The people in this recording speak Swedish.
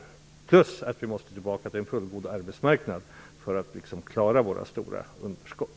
Vi måste dessutom komma tillbaka till en fullgod arbetsmarknad för att klara våra stora underskott.